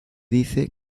dice